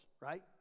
right